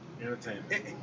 Entertainment